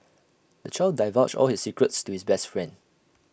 the child divulged all his secrets to his best friend